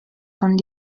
von